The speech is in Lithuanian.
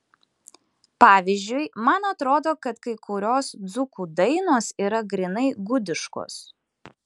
pavyzdžiui man atrodo kad kai kurios dzūkų dainos yra grynai gudiškos